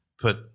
put